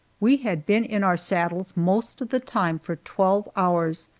we had been in our saddles most of the time for twelve hours,